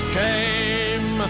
came